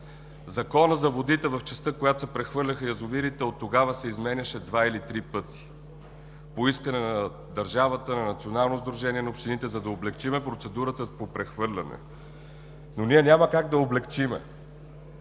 Законът за водите в частта, в която се прехвърляха язовирите, оттогава се изменяше два или три пъти по искане на държавата, на Националното сдружение на общините, за да облекчим процедурата по прехвърляне, но ние няма как да я облекчим.